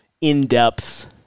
in-depth